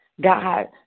god